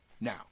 Now